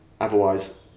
Otherwise